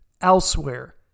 elsewhere